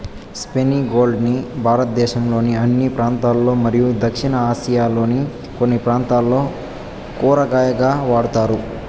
spiny gourd ని భారతదేశంలోని అన్ని ప్రాంతాలలో మరియు దక్షిణ ఆసియాలోని కొన్ని ప్రాంతాలలో కూరగాయగా వాడుతారు